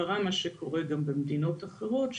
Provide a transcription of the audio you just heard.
קרה מה שקורה גם במדינות אחרות,